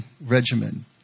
regimen